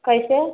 कइसे